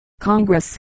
Congress